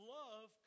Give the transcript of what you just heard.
love